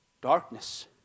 darkness